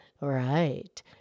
Right